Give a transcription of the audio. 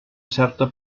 certa